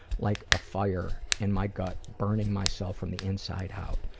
like a fire in my gut, burning myself from the inside out.